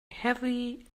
heavy